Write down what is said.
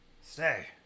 Stay